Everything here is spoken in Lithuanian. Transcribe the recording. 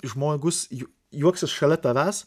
žmogus jų juoksis šalia tavęs